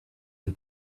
and